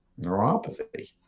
neuropathy